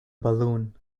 balloon